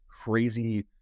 crazy